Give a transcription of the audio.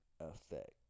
effect